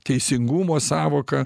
teisingumo sąvoką